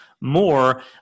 more